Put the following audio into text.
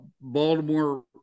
Baltimore